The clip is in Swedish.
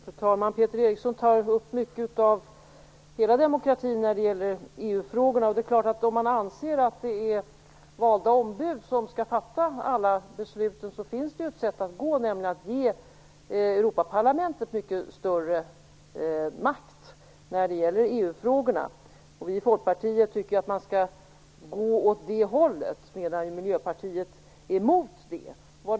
Fru talman! Peter Eriksson tar upp mycket av demokratifrågorna när det gäller EU. Om man anser att det är valda ombud som skall fatta alla beslut finns det en väg att gå, nämligen att ge Europaparlamentet större makt i EU-frågorna. Vi i Folkpartiet tycker att man skall gå åt det hållet, medan Miljöpartiet är emot det.